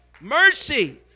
Mercy